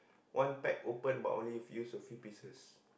one pack open about only few use a few pieces